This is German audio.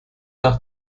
nach